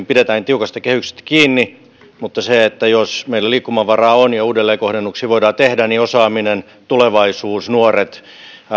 pidetään tiukasti kehyksestä kiinni mutta jos meillä liikkumavaraa on ja uudelleenkohdennuksia voidaan tehdä niin osaaminen tulevaisuus nuoret